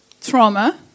trauma